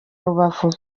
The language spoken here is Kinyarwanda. rubavu